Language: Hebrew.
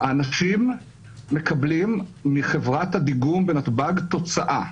האנשים מקבלים מחברת הדיגום בנתב"ג תוצאה.